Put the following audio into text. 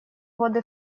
годы